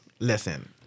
Listen